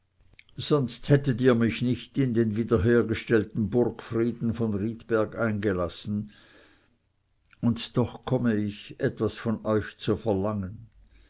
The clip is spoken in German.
sonst hättet ihr mich nicht in den wiederhergestellten burgfrieden von riedberg eingelassen und doch komme ich etwas von euch zu verlangen